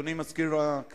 נניח את זה על שולחן